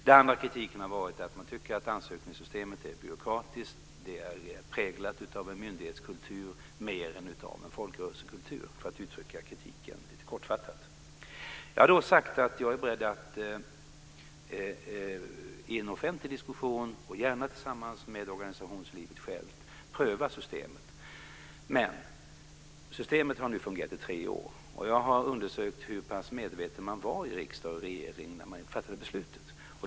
Den andra kritiken har varit att man tycker att ansökningssystemet är byråkratiskt och mer präglat av en myndighetskultur än av en folkrörelsekultur, för att uttrycka kritiken lite kortfattat. Jag har sagt att jag är beredd att pröva systemet i en offentlig diskussion, gärna tillsammans med organisationslivet självt. Systemet har nu fungerat i tre år. Jag har undersökt hur pass medveten man var i riksdagen och regeringen när man fattade beslutet.